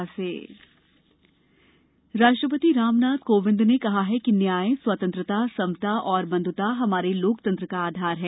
राष्ट्रपति संबोधन राष्ट्रपति राम नाथ कोविंद ने कहा की न्याय स्वतंत्रता समता और बंध्ता हमारे लोकतंत्र का आधार हैं